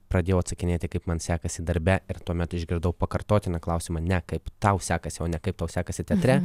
pradėjau atsakinėti kaip man sekasi darbe ir tuomet išgirdau pakartotiną klausimą ne kaip tau sekasi o ne kaip tau sekasi teatre